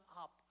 up